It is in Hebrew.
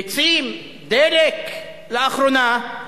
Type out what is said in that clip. ביצים, דלק לאחרונה.